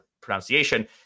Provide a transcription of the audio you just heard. pronunciation